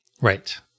Right